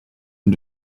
and